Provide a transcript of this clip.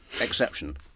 exception